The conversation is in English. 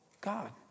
God